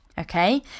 Okay